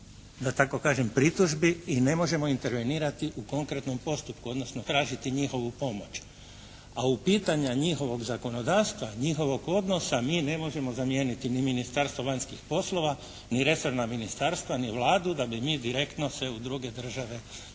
da tako kažem pritužbi i ne možemo intervenirati u konkretnom postupku odnosno tražiti njihovu pomoć. A u pitanja njihovog zakonodavstva, njihovog odnosa mi ne možemo zamijeniti ni Ministarstvo vanjskih poslova ni resorno Ministarstvo ni Vladu da bi mi direktno se u druge države da